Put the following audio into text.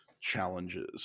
challenges